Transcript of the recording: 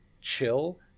chill